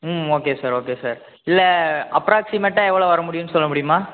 ம் okay sir okay sir இல்லை அப்ராக்ஸிமேட்டாக எவ்வளோ வரமுடியும்னு சொல்ல முடியுமா